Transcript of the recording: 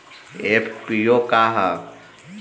FPO का ह?